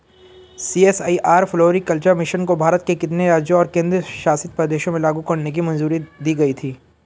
CSIR floriculture mission को भारत के कितने राज्यों और केंद्र शासित प्रदेशों में लागू करने की मंजूरी दी गई थी?